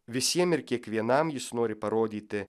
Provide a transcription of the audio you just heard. visiem ir kiekvienam jis nori parodyti